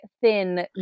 thin